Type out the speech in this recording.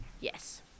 yes